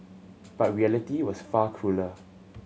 but reality was far crueller